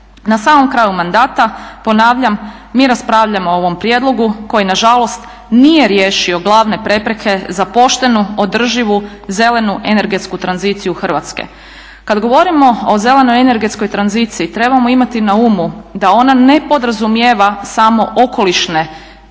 Na samom kraju mandata, ponavljam, mi raspravljamo o ovom prijedlogu koji nažalost nije riješio glavne prepreke za poštenu, održivu, zelenu energetsku tranziciju Hrvatske. Kad govorimo o zelenoj energetskoj tranziciji, trebamo imati na umu da ona ne podrazumijeva samo okolišne